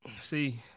See